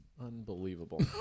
unbelievable